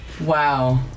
Wow